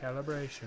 calibration